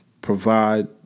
provide